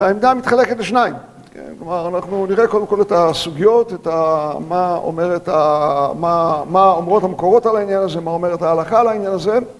העמדה מתחלקת לשניים, כלומר אנחנו נראה קודם כל את הסוגיות, את מה אומרות המקורות על העניין הזה, מה אומרת ההלכה על העניין הזה.